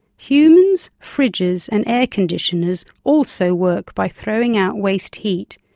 humans, fridges and air-conditioners also work by throwing out waste heat,